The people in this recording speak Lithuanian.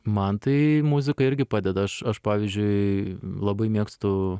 man tai muzika irgi padeda aš aš pavyzdžiui labai mėgstu